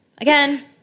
Again